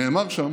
נאמר שם